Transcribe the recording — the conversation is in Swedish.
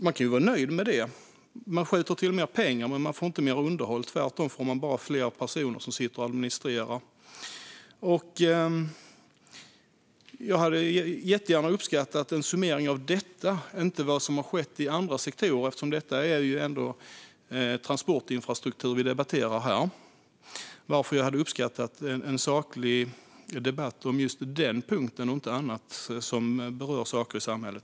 Man kan vara nöjd med att man skjuter till mer pengar men inte får mer underhåll utan tvärtom bara fler människor som sitter och administrerar. Jag hade verkligen uppskattat en summering av detta, inte av vad som har skett i andra sektorer. Det är ändå transportinfrastruktur vi debatterar här, varför jag hade uppskattat en saklig debatt om just den punkten och inte om annat som berör samhället.